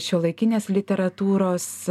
šiuolaikinės literatūros